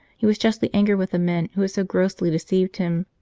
he was justly angered with the men who had so grossly de ceived him.